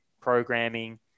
programming